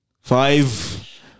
Five